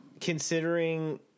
considering